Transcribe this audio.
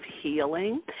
healing